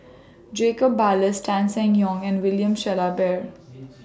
Jacob Ballas Tan Seng Yong and William Shellabear